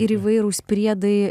ir įvairūs priedai